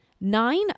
nine